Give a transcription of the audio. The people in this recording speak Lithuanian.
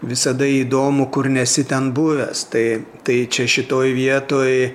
visada įdomu kur nesi ten buvęs tai tai čia šitoj vietoj